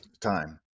Time